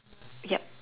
yup